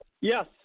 Yes